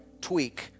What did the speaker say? tweak